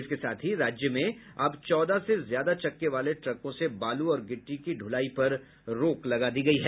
इसके साथ ही राज्य में अब चौदह से ज्यादा चक्के वाले ट्रकों से बालू और गिट्टी की ढुलाई पर रोक लगा दी गयी है